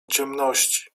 ciemności